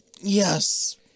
yes